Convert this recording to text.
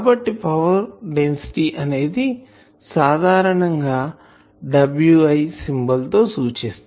కాబట్టి power density అనేది సాధారణం గా Wi సింబల్ తో సూచిస్తారు